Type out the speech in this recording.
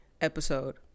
episode